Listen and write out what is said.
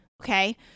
Okay